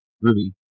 Ruby